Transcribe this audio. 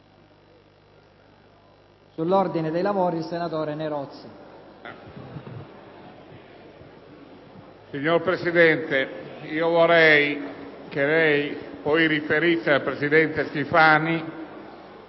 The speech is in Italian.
Signor Presidente, vorrei che lei riferisse al presidente Schifani